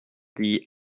dit